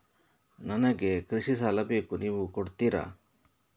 ನನಗೆ ಕೃಷಿ ಸಾಲ ಬೇಕು ನೀವು ಕೊಡ್ತೀರಾ?